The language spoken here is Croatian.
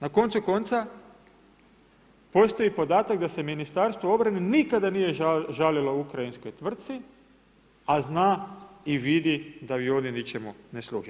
Na koncu konca, postoji podatak da se ministarstvo obrane nikada nije žalilo ukrajinskoj tvrtci a za i vidi da avioni ničemu ne služe.